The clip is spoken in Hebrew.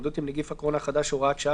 להתמודדות עם נגיף הקורונה החדש (הוראת שעה)